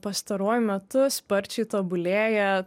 pastaruoju metu sparčiai tobulėja